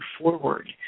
forward